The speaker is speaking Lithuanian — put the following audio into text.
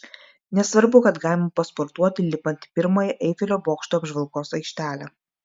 nesvarbu kad galima pasportuoti lipant į pirmąją eifelio bokšto apžvalgos aikštelę